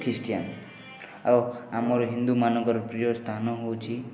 Christian ଆଉ ଆମ ହିନ୍ଦୁମାନଙ୍କର ପ୍ରିୟ ସ୍ଥାନ ହେଉଛି